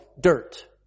dirt